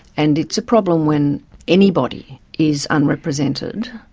and it's a problem when anybody is unrepresented.